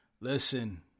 Listen